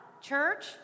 church